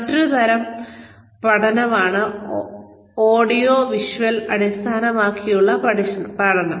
മറ്റൊരു തരം പഠനമാണ് ഓഡിയോവിഷ്വൽ അടിസ്ഥാനമാക്കിയുള്ള പരിശീലനം